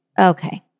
Okay